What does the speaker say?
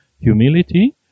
humility